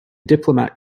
diplomat